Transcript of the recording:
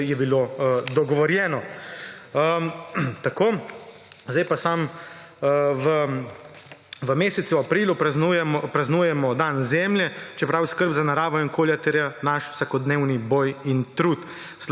je bilo dogovorjeno. Tako. Zdaj pa samo v mesecu aprilu praznujemo dan Zemlje, čeprav skrb za naravo in okolja terja naš vsakodnevni boj in trud.